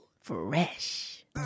fresh